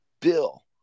Bill